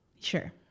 Sure